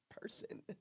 person